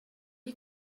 you